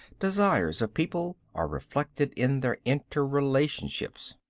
desires of people are reflected in their interrelationships.